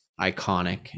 iconic